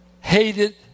hated